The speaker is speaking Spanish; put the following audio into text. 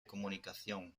comunicación